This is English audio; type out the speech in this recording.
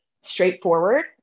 straightforward